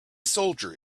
soldier